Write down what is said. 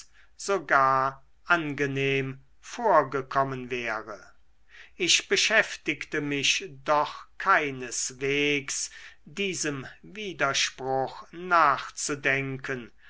sogar angenehm vorgekommen wäre ich beschäftigte mich doch keineswegs diesem widerspruch nachzudenken